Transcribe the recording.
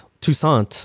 Toussaint